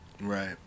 Right